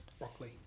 broccoli